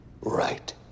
right